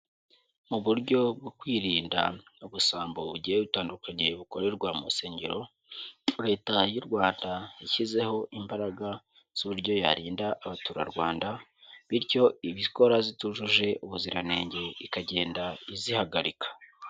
Mu buryo bwo kwirinda ubusambo bugiye butandukanye bukorerwa mu nsengero, Leta y'u Rwanda yashyizeho imbaraga z'uburyo yarinda abaturarwanda, bityo ibikora zitujuje ubuziranenge ikagenda izihagarika.